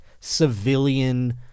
civilian